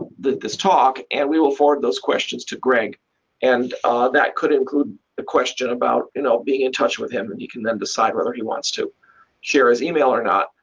this talk, and we will forward those questions to greg and that could include the question about you know being in touch with him, and he can then decide whether he wants to share his email or not.